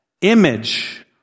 image